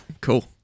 cool